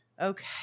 okay